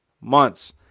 months